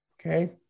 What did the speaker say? Okay